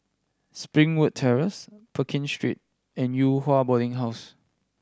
Springwood Terrace Pekin Street and Yew Hua Boarding House